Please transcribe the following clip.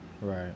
Right